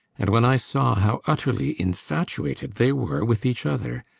and when i saw how utterly infatuated they were with each other,